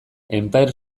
empire